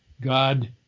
God